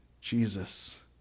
Jesus